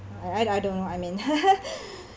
I I don't know I mean